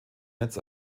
netz